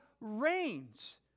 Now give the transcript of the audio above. reigns